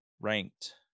ranked